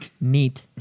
neat